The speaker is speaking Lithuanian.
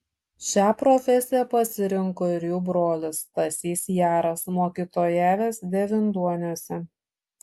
šią profesiją pasirinko ir jų brolis stasys jaras mokytojavęs devynduoniuose